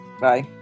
Bye